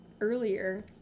earlier